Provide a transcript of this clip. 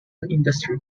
industry